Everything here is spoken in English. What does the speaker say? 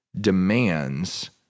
demands